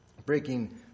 Breaking